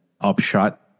upshot